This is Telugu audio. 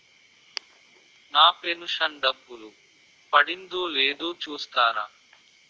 నా పెను షన్ డబ్బులు పడిందో లేదో చూస్తారా?